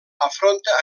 afronta